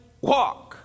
walk